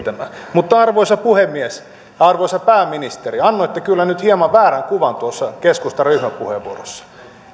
kehittämään arvoisa puhemies arvoisa pääministeri annoitte kyllä nyt hieman väärän kuvan tuossa keskustan ryhmäpuheenvuorossa